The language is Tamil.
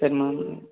சரி மேம்